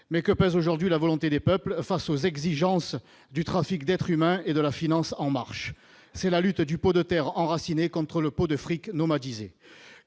Mais que pèse aujourd'hui la volonté des peuples face aux exigences du trafic d'êtres humains et de la finance En Marche ? C'est la lutte du pot de terre enraciné contre le pot de fric nomadisé.